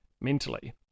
Mentally